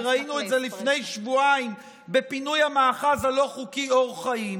וראינו את זה לפני שבועיים בפינוי המאחז הלא-חוקי אור חיים,